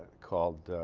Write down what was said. called ah.